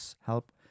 help